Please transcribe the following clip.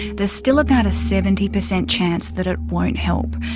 there's still about a seventy percent chance that it won't help,